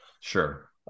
Sure